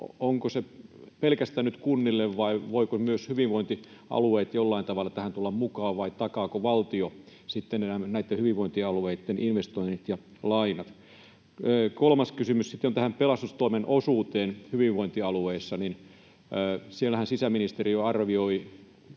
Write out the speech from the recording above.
onko se pelkästään nyt kunnille, vai voivatko myös hyvinvointialueet jollain tavalla tähän tulla mukaan, vai takaako valtio sitten näitten hyvinvointialueitten investoinnit ja lainat? Kolmas kysymys sitten on tästä pelastustoimen osuudesta hyvinvointialueilla: sisäministeriöhän arvioi